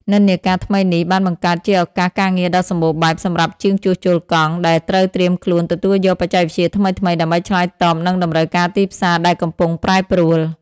និន្នាការថ្មីនេះបានបង្កើតជាឱកាសការងារដ៏សម្បូរបែបសម្រាប់ជាងជួសជុលកង់ ដែលត្រូវត្រៀមខ្លួនទទួលយកបច្ចេកវិទ្យាថ្មីៗដើម្បីឆ្លើយតបនឹងតម្រូវការទីផ្សារដែលកំពុងប្រែប្រួល។